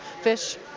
fish